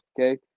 okay